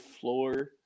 floor